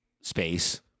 space